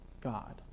God